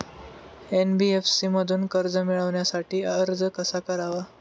NBFC मधून कर्ज मिळवण्यासाठी अर्ज कसा करावा?